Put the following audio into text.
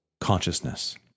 consciousness